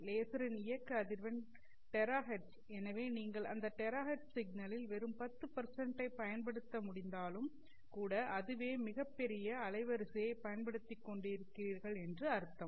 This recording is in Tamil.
லேசரின் இயக்க அதிர்வெண் டெராஹெர்ட்ஸ் எனவே நீங்கள் அந்த டெராஹெர்ட்ஸ் சிக்னலில் வெறும் 10 ஐ பயன்படுத்த முடிந்தாலும் கூட அதுவேமிகப் பெரிய அலைவரிசையை பயன்படுத்திக் கொண்டிருக்கிறீர்கள் என்று அர்த்தம்